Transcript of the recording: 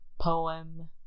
poem